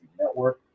network